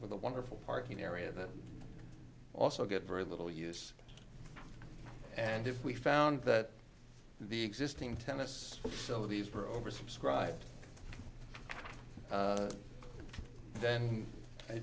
with a wonderful parking area that also get very little use and if we found that the existing tennis so these were oversubscribed then i